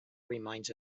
reminds